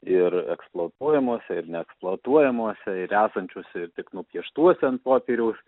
ir eksploatuojamuose ir neeksploatuojamuose ir esančiuose ir tik nupieštuose ant popieriaus